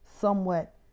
somewhat